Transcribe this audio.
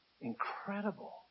Incredible